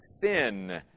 sin